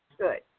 good